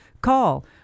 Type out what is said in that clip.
call